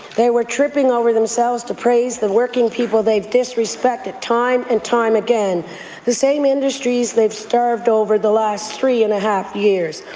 they were tripping over themselves to praise the working people they've disrespected time and time again the same industries they've starved over the last three and a half years.